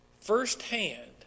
firsthand